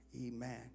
Amen